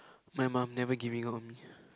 my mum never giving up on me